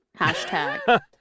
Hashtag